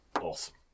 Awesome